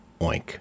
Oink